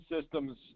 systems